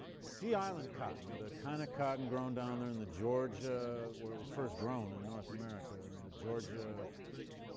sea island cotton, the kind of cotton grown down there in the georgia where it was first grown in north america in the georgia,